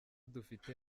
dufite